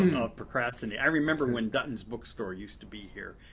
of procrastinating. i remember when dutton's bookstore used to be here.